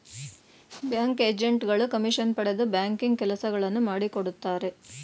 bank agent ಗಳು commission ಪಡೆದು banking ಕೆಲಸಗಳನ್ನು ಮಾಡಿಕೊಡುತ್ತಾರೆ